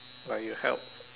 like you help